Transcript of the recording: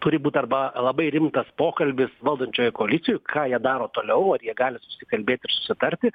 turi būt arba labai rimtas pokalbis valdančiojoj koalicijoj ką jie daro toliau ar jie gali susikalbėt ir susitarti